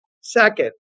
Second